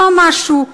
לא משהו.